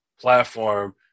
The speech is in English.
platform